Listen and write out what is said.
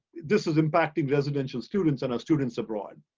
this is impacting residential students and our students abroad.